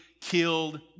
killed